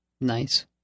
Nice